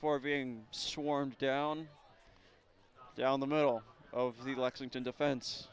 for being swarmed down down the middle of the lexington defen